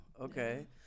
okay